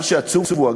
מה שעצוב הוא,